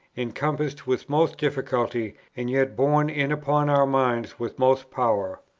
encompassed with most difficulty, and yet borne in upon our minds with most power.